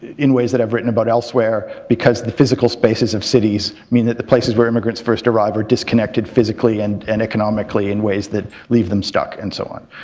in ways that i've written about elsewhere, because the physical spaces of cities, mean that the places where immigrants first arrive are disconnected physically and and economically in ways that leave them stuck and so on.